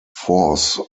force